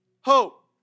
hope